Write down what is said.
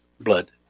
blood